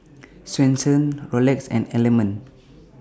Swensens Rolex and Element